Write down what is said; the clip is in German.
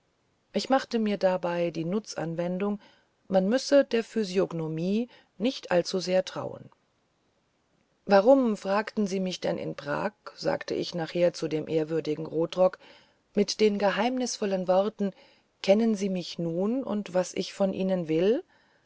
ich machte mir dabei die nutzanwendung man müsse der physiognomie nicht allzusehr trauen warum fragten sie mich denn in prag sagte ich nachher zu dem ehrwürdigen rotrock mit den geheimnisvollen worten kennen sie mich nun und was ich von ihnen will